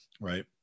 right